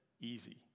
easy